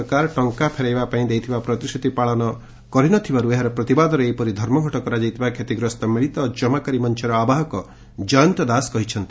ସରକାର ଟଙ୍କା ଫେରାଇବା ପାଇଁ ଦେଇଥିବା ପ୍ରତିଶ୍ରତି ପାଳନ କରି ନଥିବାର୍ ଏହାର ପ୍ରତିବାଦରେ ଏପରି ଧର୍ମଘଟ କରାଯାଇଥିବା ଷତିଗ୍ରସ୍ତ ମିଳିତ କମାକାରୀ ମଞ୍ଚର ଆବାହକ ଜୟନ୍ତ ଦାସ କହିଛନ୍ତି